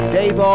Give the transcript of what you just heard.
Dave